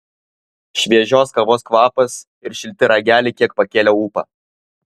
šviežios kavos kvapas ir šilti rageliai kiek pakėlė ūpą